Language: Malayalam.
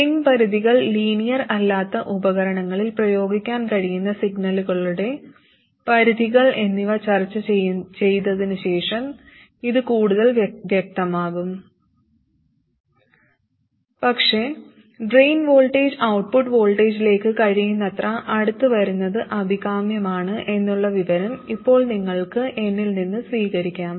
സ്വിംഗ് പരിധികൾ ലീനിയർ അല്ലാത്ത ഉപകരണങ്ങളിൽ പ്രയോഗിക്കാൻ കഴിയുന്ന സിഗ്നലുകളുടെ പരിധികൾ എന്നിവ ചർച്ച ചെയ്തതിനുശേഷം ഇത് കൂടുതൽ വ്യക്തമാകും പക്ഷെ ഡ്രെയിൻ വോൾട്ടേജ് ഔട്ട്പുട്ട് വോൾട്ടേജിലേക്ക് കഴിയുന്നത്ര അടുത്ത് വരുന്നത് അഭികാമ്യമാണ് എന്നുള്ള വിവരം ഇപ്പോൾ നിങ്ങൾക്ക് എന്നിൽ നിന്ന് സ്വീകരിക്കാം